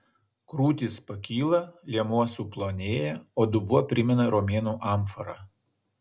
krūtys pakyla liemuo suplonėja o dubuo primena romėnų amforą